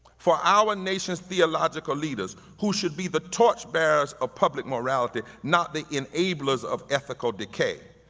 for our nation's theological leaders who should be the torchbearers ah public morality not the enablers of ethical decay.